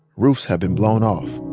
roofs had been blown off.